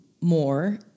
more